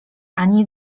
ani